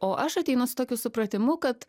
o aš ateinu su tokiu supratimu kad